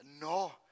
No